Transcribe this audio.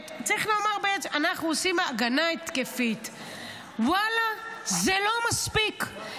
אנחנו עושים הגנה התקפית, ואללה, זה לא מספיק.